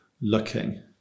looking